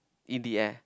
in the air